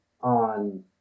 on